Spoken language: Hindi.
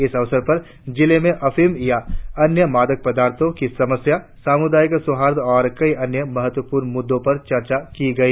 इस अवसर पर जिले में अफीम या अन्य मादक पदार्थों की समस्या सामुदायिक सौहार्द और कई अन्य महत्वपूर्ण मुद्दों पर चर्चा की गई